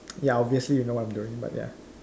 ya obviously you know what I'm doing but ya